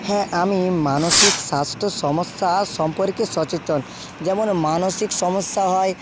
হ্যাঁ আমি মানসিক স্বাস্থ্য সমস্যা সম্পর্কে সচেতন যেমন মানসিক সমস্যা হয়